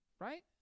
right